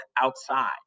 outside